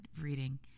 reading